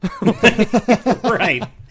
right